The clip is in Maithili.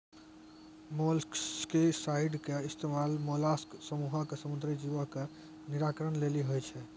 मोलस्कीसाइड के इस्तेमाल मोलास्क समूहो के समुद्री जीवो के निराकरण लेली होय छै